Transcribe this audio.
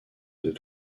deux